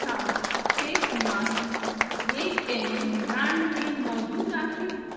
छा face mask ॿिए कंहिं ब्रांड में मौजूदु आहे